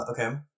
okay